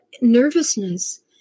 nervousness